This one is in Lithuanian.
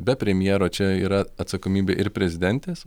be premjero čia yra atsakomybė ir prezidentės